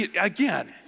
again